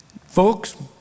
Folks